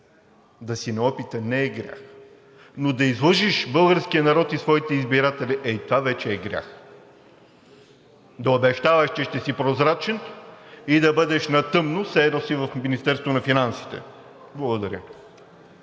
Да си неопитен не е грях, но да излъжеш българския народ и своите избиратели, ей това вече е грях. Да обещаваш, че ще си прозрачен и да бъдеш на тъмно все едно си в Министерството на финансите. Благодаря.